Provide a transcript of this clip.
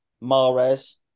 mares